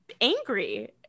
angry